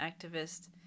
activist